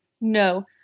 No